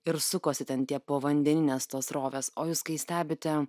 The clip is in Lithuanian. ir sukosi ten tie povandeninės srovės o jūs kai stebite